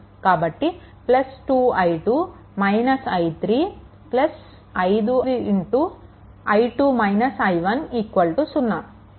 కాబట్టి 2i2 - i3 5 i2 - i1 0